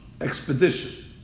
expedition